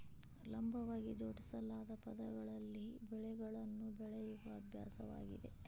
ಲಂಬವಾಗಿ ಜೋಡಿಸಲಾದ ಪದರಗಳಲ್ಲಿ ಬೆಳೆಗಳನ್ನು ಬೆಳೆಯುವ ಅಭ್ಯಾಸವಾಗಿದೆ